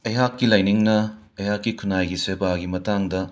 ꯑꯩꯍꯥꯛꯀꯤ ꯂꯥꯏꯅꯤꯡꯅ ꯑꯩꯍꯥꯛꯀꯤ ꯈꯨꯟꯅꯥꯏꯒꯤ ꯁꯦꯕꯥꯒꯤ ꯃꯇꯥꯡꯗ